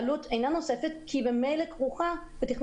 העלות אינה נוספת כי היא ממילא כרוכה בתכנון